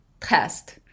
test